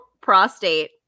prostate